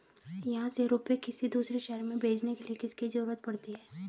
यहाँ से रुपये किसी दूसरे शहर में भेजने के लिए किसकी जरूरत पड़ती है?